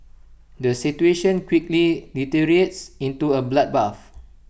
the situation quickly deteriorates into A bloodbath